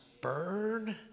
burn